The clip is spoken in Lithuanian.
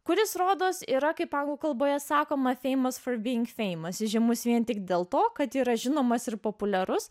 kuris rodos yra kaip anglų kalboje sakoma seimo spalvingi seimas įžymus vien tik dėl to kad yra žinomas ir populiarus